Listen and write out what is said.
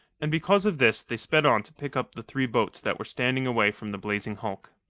and because of this they sped on to pick up the three boats that were standing away from the blazing hulk.